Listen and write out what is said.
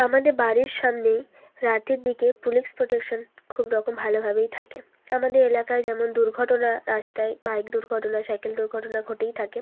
আমাদের বাড়ির সামনে রাতের দিকে পুলিশ প্রোটেকশান খুব রকম ভালোভাবেই থাকে আমাদের এলাকায় যেমন দুর্ঘটনা রাস্তায় বাইক দুর্ঘটনা সাইকেল দুর্ঘটনা ঘটেই থাকে